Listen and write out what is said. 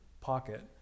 pocket